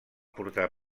portar